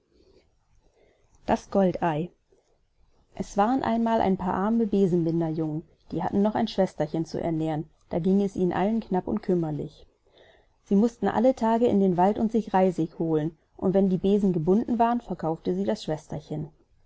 das goldei es waren einmal ein paar arme besenbindersjungen die hatten noch ein schwesterchen zu ernähren da ging es ihnen allen knapp und kümmerlich sie mußten alle tage in den wald und sich reisig holen und wenn die besen gebunden waren verkaufte sie das schwesterchen